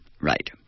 right